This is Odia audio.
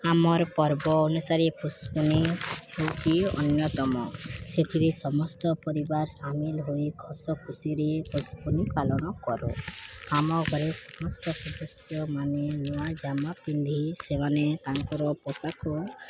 ଆମର୍ ପର୍ବ ଅନୁସାରେ ପୁଶୁପନି ହେଉଛି ଅନ୍ୟତମ ସେଥିରେ ସମସ୍ତ ପରିବାର ସାମିଲ୍ ହୋଇ ହସଖୁସିରେ ପୁଶୁପନି ପାଳନ କରୁ ଆମ ଘରେ ସମସ୍ତ ସଦସ୍ୟ ମାନେ ନୂଆ ଜାମା ପିନ୍ଧି ସେମାନେ ତାଙ୍କର ପୋଷାକ